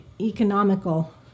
economical